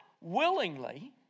willingly